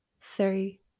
three